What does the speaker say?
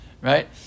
right